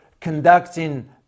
conducting